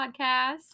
podcast